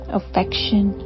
affection